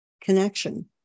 Connection